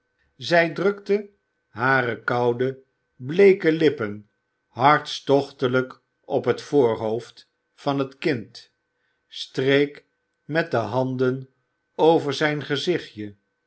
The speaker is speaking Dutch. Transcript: zij drukte hare koude bleeke lippen hartstochtelijk op het voorhoofd van het kind streek met de handen over zijn gezichtje